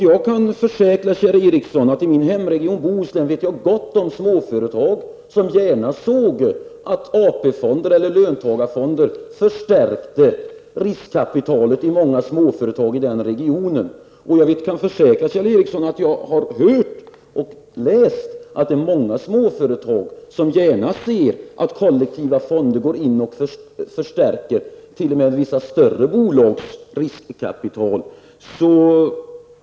Jag kan försäkra Kjell Ericsson att det i min hemregion Bohuslän finns gott om småföretag som gärna såge att AP-fonder eller löntagarfonder förstärkte riskkapitalet i många småföretag i den regionen. Jag kan försäkra Kjell Ericsson om att jag har hört och läst att många småföretag gärna ser att kollektiva fonder går in och förstärker t.o.m. vissa större bolags riskkapital.